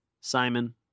Simon